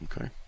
Okay